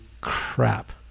Crap